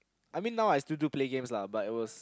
I mean now I still do play games lah but it was